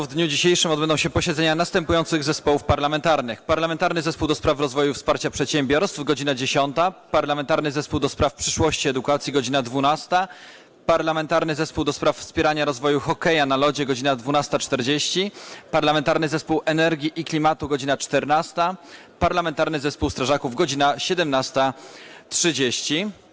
W dniu dzisiejszym odbędą się posiedzenia następujących zespołów parlamentarnych: - Parlamentarnego Zespołu ds. Rozwoju i Wsparcia Przedsiębiorstw - godz. 10, - Parlamentarnego Zespołu ds. Przyszłości Edukacji - godz. 12, - Parlamentarnego Zespołu ds. Wspierania Rozwoju Hokeja na Lodzie - godz. 12.40, - Parlamentarnego Zespołu ds. Środowiska, Energii i Klimatu - godz. 14, - Parlamentarnego Zespołu Strażaków - godz. 17.30.